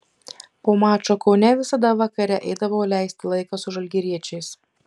po mačo kaune visada vakare eidavau leisti laiką su žalgiriečiais